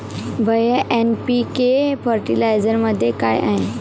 भैय्या एन.पी.के फर्टिलायझरमध्ये काय आहे?